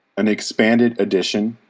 an expanded edition,